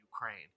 Ukraine